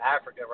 Africa